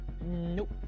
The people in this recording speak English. nope